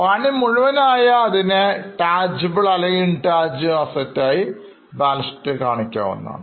പണി മുഴുവൻ ആയാൽ അതിനെ Tangible or intangible Asset ആയിബാലൻസ് ഷീറ്റിൽ കാണിക്കുന്നതാണ്